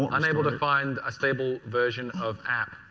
unable to find stable version of app.